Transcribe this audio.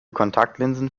kontaktlinsen